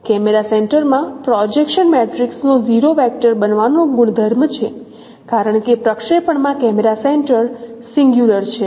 camera centre માં projection matrix નો 0 vector બનવાનો ગુણધર્મ છે કારણ કે પ્રક્ષેપણમાં કેમેરા સેન્ટર સિંગલ્યુલર છે